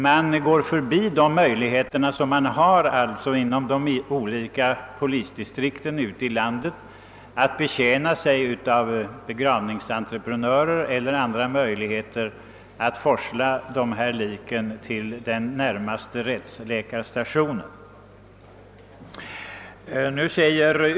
Man går alltså förbi de möjligheter som finns inom de olika polisdistrikten ute i landet att betjäna sig av begravningsentreprenörer eller andra att forsla sådana lik till den närmaste rättsläkarstationen.